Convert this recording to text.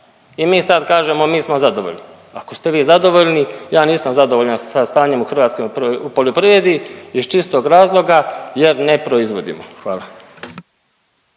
i mi sad kažemo mi smo zadovoljni. Ako ste vi zadovoljni ja nisam zadovoljan sa stanjem u hrvatskoj poljoprivredi iz čistog razloga jer ne proizvodimo. Hvala.